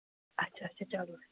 اَچھا اَچھا چَلو